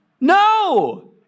no